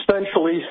essentially